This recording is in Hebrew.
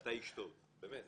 אתה איש טוב, באמת.